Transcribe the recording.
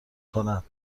کند